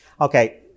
Okay